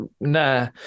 nah